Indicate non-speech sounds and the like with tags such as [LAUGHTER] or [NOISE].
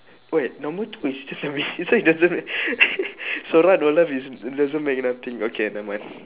wait number two is just that we you said it doesn't [LAUGHS] it's alright your life is doesn't make nothing okay never mind